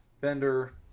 bender